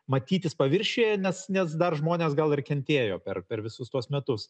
matytis paviršiuje nes nes dar žmonės gal ir kentėjo per per visus tuos metus